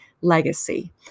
legacy